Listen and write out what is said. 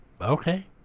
okay